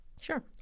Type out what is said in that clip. Sure